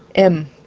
m.